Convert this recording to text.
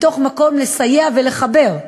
מתוך מקום לסייע ולחבר,